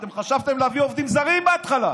אתם חשבתם להביא עובדים זרים בהתחלה.